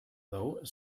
though